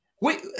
Wait